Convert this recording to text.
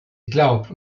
geglaubt